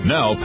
Now